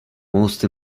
most